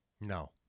No